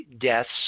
deaths